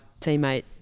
teammate